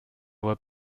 were